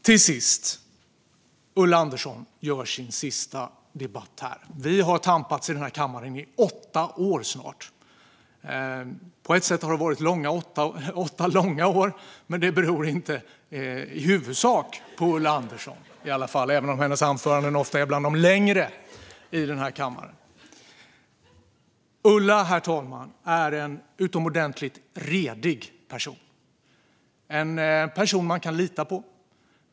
Till sist: Ulla Andersson har sin sista debatt här. Vi har tampats i denna kammare i snart åtta år. På ett sätt har det varit åtta långa år, men det beror inte i huvudsak på Ulla Andersson, även om hennes anföranden ofta är bland de längre i kammaren. Herr talman! Ulla är en utomordentligt redig person, en person man kan lita på.